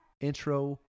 intro